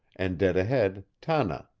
and, dead ahead, tanna.